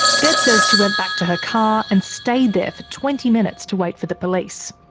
deb says she went back to her car and stayed there for twenty minutes to wait for the police.